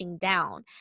down